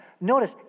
Notice